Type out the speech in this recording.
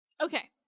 okay